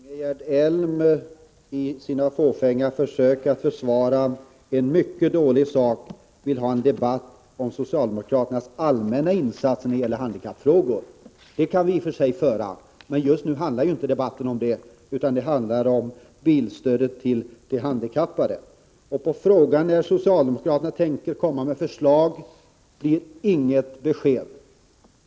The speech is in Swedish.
Herr talman! I sina fåfänga försök att försvara en mycket dålig sak vill Ingegerd Elm ha en debatt om socialdemokraternas allmänna insatser när det gäller handikappfrågor. En sådan kan vii och för sig föra, men nu handlar det om bilstödet till de handikappade och när socialdemokraterna tänker komma med förslag. Vi har inte fått något besked.